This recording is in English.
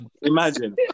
Imagine